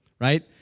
right